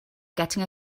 getting